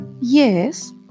Yes